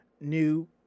New